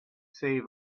save